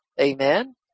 amen